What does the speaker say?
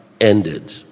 ended